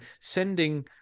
sending